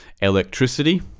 electricity